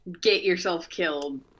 get-yourself-killed